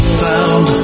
found